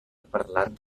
parlant